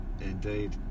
Indeed